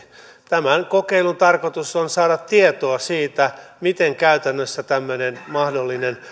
tämän kokeilun tarkoitus on saada tietoa siitä miten käytännössä tämmöinen mahdollinen